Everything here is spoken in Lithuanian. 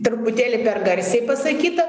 truputėlį per garsiai pasakyta